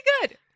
good